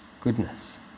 goodness